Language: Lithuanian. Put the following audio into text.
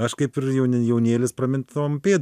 aš kaip ir jauni jaunėlis pramintom pėdom